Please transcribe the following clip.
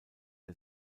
der